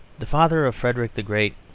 the father of frederick the great,